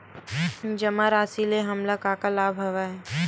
जमा राशि ले हमला का का लाभ हवय?